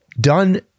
done